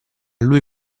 lui